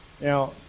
Now